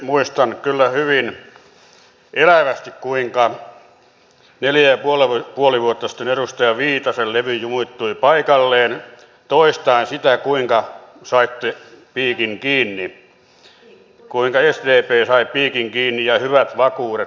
muistan kyllä hyvin elävästi kuinka neljä ja puoli vuotta sitten edustaja viitasen levy jumittui paikalleen toistaen sitä kuinka saitte piikin kiinni kuinka sdp sai piikin kiinni ja hyvät vakuudet